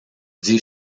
dit